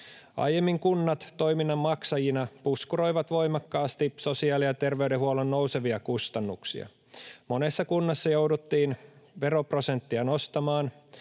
Aiemmin kunnat toiminnan maksajina puskuroivat voimakkaasti sosiaali- ja terveydenhuollon nousevia kustannuksia. Monessa kunnassa jouduttiin veroprosenttia nostamaan,